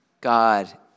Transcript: God